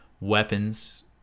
weapons